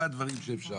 מה הדברים שאפשר.